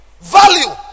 Value